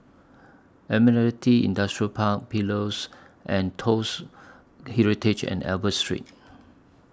Admiralty Industrial Park Pillows and Toast Heritage and Albert Street